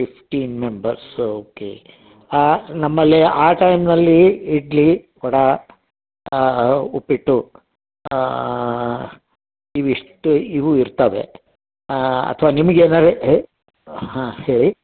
fifteen members okay ನಮ್ಮಲ್ಲಿ ಆ ಟೈಮಿನಲ್ಲಿ ಇಡ್ಲಿ ವಡೆ ಉಪ್ಪಿಟ್ಟು ಇವಿಷ್ಟು ಇವು ಇರ್ತವೆ ಅಥವಾ ನಿಮ್ಗೇನಾರೂ ಹಾಂ ಹೇಳಿ